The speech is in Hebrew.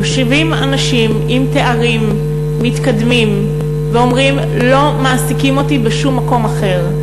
יושבים אנשים עם תארים מתקדמים ואומרים: לא מעסיקים אותי בשום מקום אחר.